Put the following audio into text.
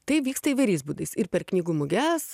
tai vyksta įvairiais būdais ir per knygų muges